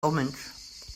omens